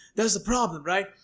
that's the problem, right?